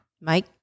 Mike